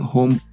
Home